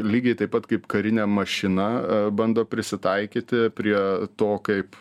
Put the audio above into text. lygiai taip pat kaip karinė mašina bando prisitaikyti prie to kaip